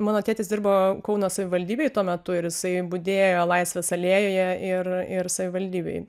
mano tėtis dirbo kauno savivaldybėj tuo metu ir jisai budėjo laisvės alėjoje ir ir savivaldybėj